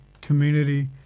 community